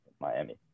Miami